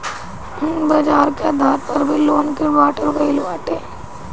बाजार के आधार पअ भी लोन के बाटल गईल बाटे